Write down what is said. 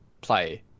play